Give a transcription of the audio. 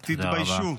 תתביישו.